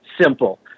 simple